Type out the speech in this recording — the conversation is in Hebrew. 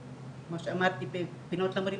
כמו שאמרתי אנחנו צריכים פינות למורים,